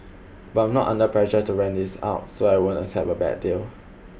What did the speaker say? but I'm not under pressure to rent this out so I won't accept a bad deal